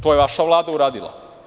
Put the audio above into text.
To je vaša Vlada uradila.